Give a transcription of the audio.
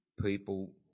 people